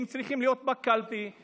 הם צריכים להיות בקלפי.